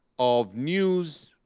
of news,